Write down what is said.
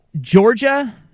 Georgia